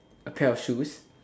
a pair of shoes